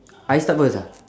I start first ah